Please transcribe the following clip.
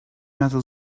metal